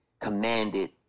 commanded